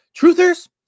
truthers